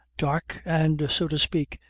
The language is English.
dark and, so to speak,